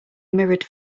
mirrored